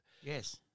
Yes